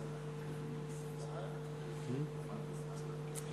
חוק-יסוד: נשיא המדינה,